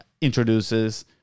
introduces